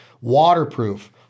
waterproof